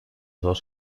dos